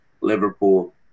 Liverpool